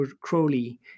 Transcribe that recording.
Crowley